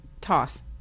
toss